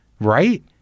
Right